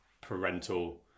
parental